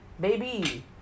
Baby